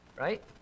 right